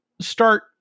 Start